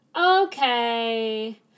Okay